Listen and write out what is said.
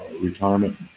retirement